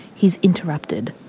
he is interrupted.